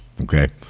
okay